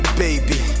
baby